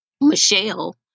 Michelle